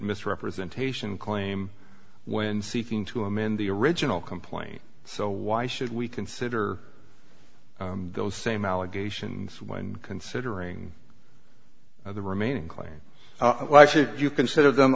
misrepresentation claim when seeking to amend the original complaint so why should we consider those same allegations when considering the remaining claim well actually you consider them